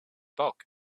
bulk